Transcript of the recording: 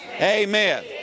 Amen